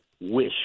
wish